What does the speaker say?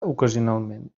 ocasionalment